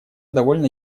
довольно